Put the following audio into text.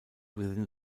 within